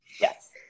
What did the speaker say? Yes